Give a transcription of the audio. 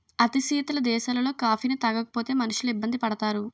అతి శీతల దేశాలలో కాఫీని తాగకపోతే మనుషులు ఇబ్బంది పడతారు